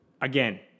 again